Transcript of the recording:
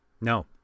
No